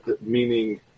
meaning